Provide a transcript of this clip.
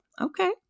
Okay